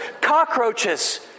cockroaches